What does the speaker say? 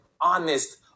honest